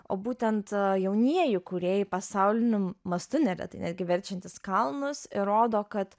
o būtent jaunieji kūrėjai pasauliniu mastu neretai netgi verčiantis kalnus įrodo kad